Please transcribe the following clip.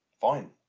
fine